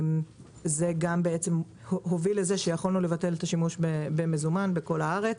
זה הוביל לכך שיכולנו לבטל את השימוש במזומן בכל הארץ.